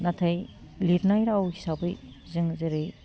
नाथाइ लिरनाय राव हिसाबै जों जेरै